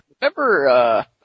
Remember